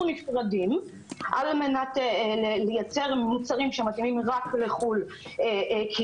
נפרדים על מנת לייצר מוצרים שמתאימים רק לחוץ לארץ כי